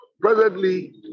presently